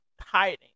hiding